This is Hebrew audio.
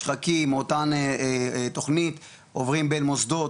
"שחקים" אותם תוכנית עוברים בין מוסדות,